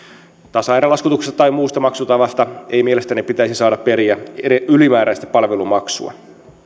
tasaerälaskutuksesta tai muusta maksutavasta ei mielestäni pitäisi saada periä ylimääräistä palvelumaksua verkonhaltijalla